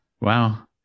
Wow